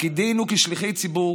תפקידנו כשליחי ציבור